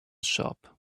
shop